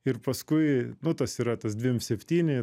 ir paskui nu tas yra tas dvim septyni